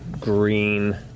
green